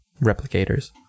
replicators